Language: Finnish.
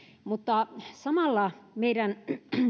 mutta samalla meidän